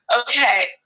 Okay